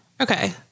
Okay